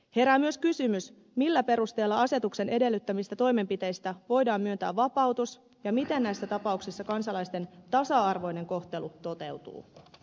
herää myös kysymys millä perusteella asetuksen edellyttämistä toimenpiteistä voidaan myöntää vapautus ja miten näissä tapauksissa kansalaisten tasa arvoinen kohtelu toteutuu